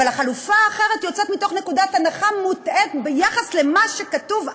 אבל החלופה האחרת יוצאת מנקודת הנחה מוטעית ביחס למה שכתוב היום,